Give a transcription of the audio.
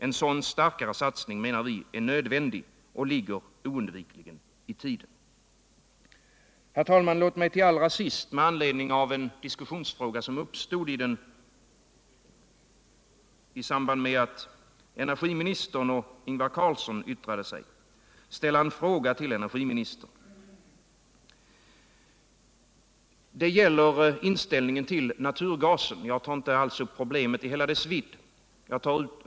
En sådan starkare satsning menar vi är nödvändig och oundvikligen ligger i tiden. Herr talman! Med anledning av den diskussion som uppstod mellan energiministern och Ingvar Carlsson vill jag ställa en fråga till energiministern om inställningen ull naturgasen — jag tar inte alls upp problemet i hela dess omfattning.